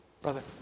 Brother